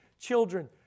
Children